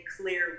clear